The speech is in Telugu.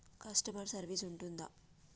కస్టమర్ సర్వీస్ ఉంటుందా?